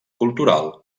cultural